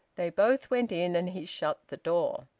they both went in and he shut the door.